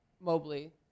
Mobley